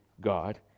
God